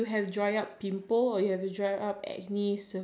then you know you put white white egg and then you put